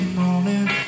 morning